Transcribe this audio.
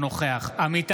בעד ווליד